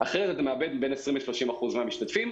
אחרת אתה מאבד בין 30-20 אחוז מהמשתתפים.